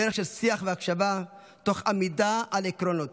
דרך של שיח והקשבה תוך עמידה על עקרונות.